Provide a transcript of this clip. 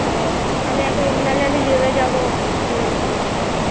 ও আমি একে নাহলে আমি নেবে যাবো বলে রেখে দিচ্ছি